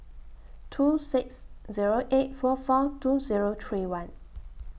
two six Zero eight four four two Zero three one